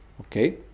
Okay